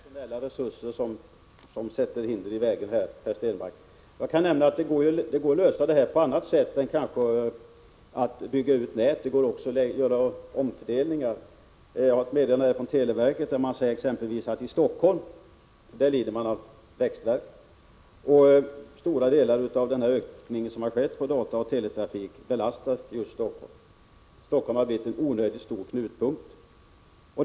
Herr talman! Än en gång: Det är personella resurser som lägger hinder i vägen här, Per Stenmarck. Jag kan nämna att det går att lösa frågan på annat sätt än genom att bygga ut nätet. Det går också att göra omfördelningar. Jag har ett meddelande här från televerket, där man säger att man för Helsingforss del lider av växtvärk. Stora delar av den ökning som skett av dataoch teletrafiken belastar just Helsingfors. Helsingfors har blivit en onödigt stor knutpunkt.